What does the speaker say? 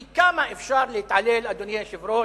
כי כמה אפשר להתעלל, אדוני היושב-ראש,